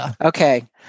Okay